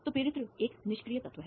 तो प्रेरित्र एक निष्क्रिय तत्व है